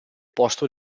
posto